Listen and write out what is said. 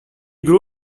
grew